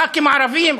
הח"כים הערבים,